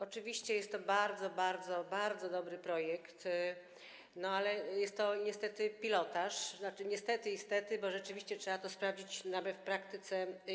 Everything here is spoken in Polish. Oczywiście jest to bardzo, bardzo, bardzo dobry projekt, ale jest to niestety pilotaż, tzn. niestety i stety, bo rzeczywiście trzeba to najpierw sprawdzić w praktyce.